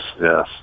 yes